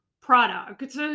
product